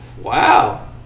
Wow